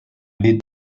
lead